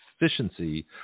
efficiency